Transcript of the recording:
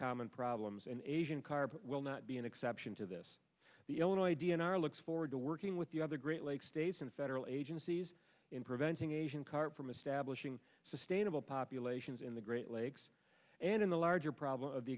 common problems and asian carp will not be an exception to this the only d n r looks forward to working with the other great lakes states and federal agencies in preventing asian carp from establishing sustainable populations in the great lakes and in the larger problem